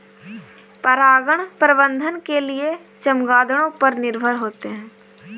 परागण प्रबंधन के लिए चमगादड़ों पर निर्भर होते है